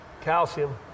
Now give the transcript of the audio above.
Calcium